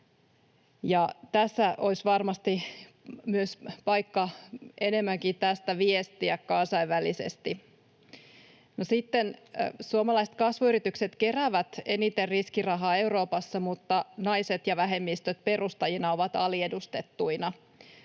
Tässä olisi varmasti myös paikka viestiä tästä kansainvälisesti enemmänkin. Suomalaiset kasvuyritykset keräävät eniten riskirahaa Euroopassa, mutta naiset ja vähemmistöt perustajina ovat aliedustettuina.